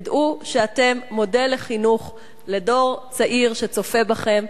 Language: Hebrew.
תדעו שאתם מודל לחינוך לדור צעיר שצופה בכם.